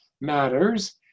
matters